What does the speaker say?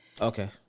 Okay